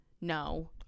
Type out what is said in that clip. No